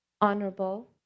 honorable